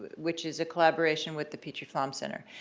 which is a collaboration with the petrie-flom center.